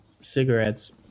cigarettes